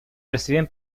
reciben